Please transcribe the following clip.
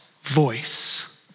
voice